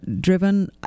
driven